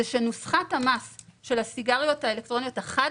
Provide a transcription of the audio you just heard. זה שנוסחת המס של הסיגריות האלקטרוניות החד